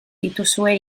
dituzue